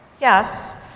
Yes